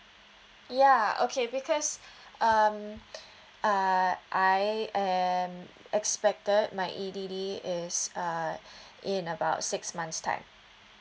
ya okay because um uh I am expected my E_D_D is uh in about six months time